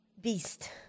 beast